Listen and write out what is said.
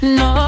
no